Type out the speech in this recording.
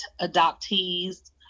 adoptees